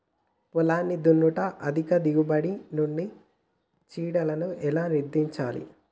పొలాన్ని దున్నుట అధిక దిగుబడి నుండి చీడలను ఎలా నిర్ధారించాలి?